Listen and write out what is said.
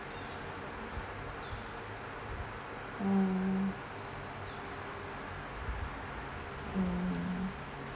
mm mm